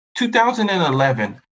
2011